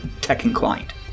tech-inclined